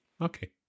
Okay